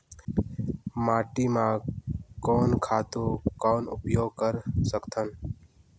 माटी म कोन खातु कौन उपयोग कर सकथन?